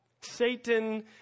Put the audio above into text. Satan